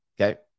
Okay